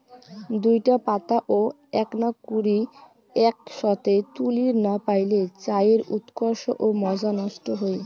দুইটা পাতা ও এ্যাকনা কুড়ি এ্যাকসথে তুলির না পাইলে চায়ের উৎকর্ষ ও মজা নষ্ট হই